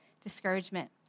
discouragement